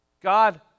God